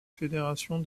fédération